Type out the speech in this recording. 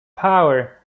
power